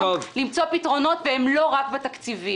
על-מנת למצוא פתרונות שהם לא רק בתקציבים.